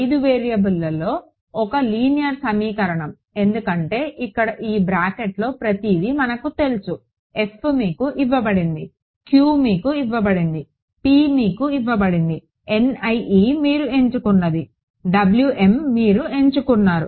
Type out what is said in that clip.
5 వేరియబుల్స్లో ఒక లీనియర్ సమీకరణం ఎందుకంటే ఇక్కడ ఈ బ్రాకెట్లో ప్రతిదీ మనకు తెలుసు f మీకు ఇవ్వబడింది q మీకు ఇవ్వబడింది p మీకు ఇవ్వబడింది మీరు ఎంచుకున్నది మీరు ఎంచుకుంటారు